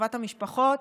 לטובת המשפחות.